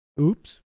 Oops